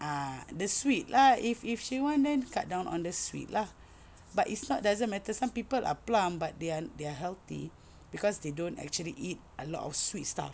ah the sweet lah if if she want then cut down on the sweet lah but if not doesn't matter some people are plump but they are they are healthy cause they don't actually eat a lot of sweets stuff